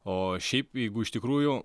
o šiaip jeigu iš tikrųjų